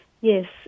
Yes